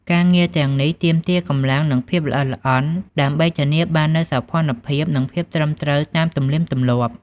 ការងារទាំងនេះ ទាមទារកម្លាំង និងភាពល្អិតល្អន់ ដើម្បីធានាបាននូវសោភ័ណភាព និងភាពត្រឹមត្រូវតាមទំនៀមទម្លាប់។